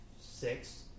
six